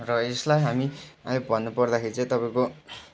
र यसलाई हामी ए भन्नुपर्दाखेरि चाहिँ तपाईँको